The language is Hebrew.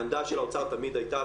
העמדה של האוצר תמיד הייתה,